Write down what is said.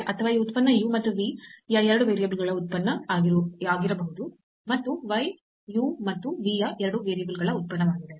ಅಥವಾ ಈ ಉತ್ಪನ್ನ u ಮತ್ತು v ಯ 2 ವೇರಿಯೇಬಲ್ಗಳ ಉತ್ಪನ್ನ ಆಗಿರಬಹುದು ಮತ್ತು y u ಮತ್ತು v ಯ 2 ವೇರಿಯೇಬಲ್ಗಳ ಉತ್ಪನ್ನವಾಗಿದೆ